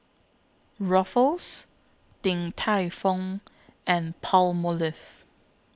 Ruffles Din Tai Fung and Palmolive